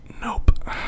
nope